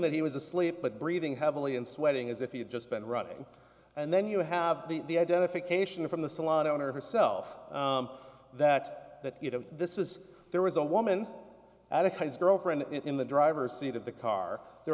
that he was asleep but breathing heavily and sweating as if he had just been running and then you have the identification from the salon owner herself that that you know this is there was a woman at a kind of girlfriend in the driver's seat of the car there